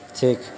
ٹھیک